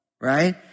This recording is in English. right